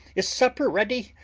is supper ready,